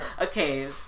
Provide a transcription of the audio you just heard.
okay